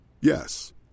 Yes